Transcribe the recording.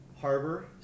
harbor